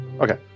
Okay